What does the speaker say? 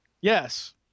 Yes